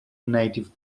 native